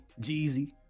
Jeezy